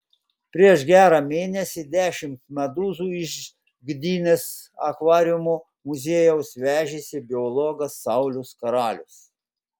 prieš gerą mėnesį dešimt medūzų iš gdynės akvariumo muziejaus vežėsi biologas saulius karalius